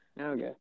Okay